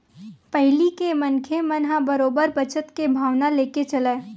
पहिली के मनखे मन ह बरोबर बचत के भावना लेके चलय